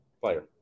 player